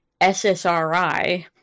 SSRI